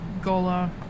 Gola